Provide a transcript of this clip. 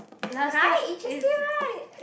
right interesting right